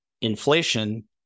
inflation